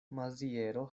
maziero